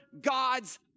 God's